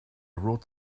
rode